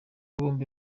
bombi